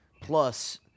plus